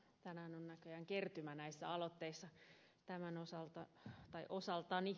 tänään on näköjään kertymä näissä aloitteissa osaltani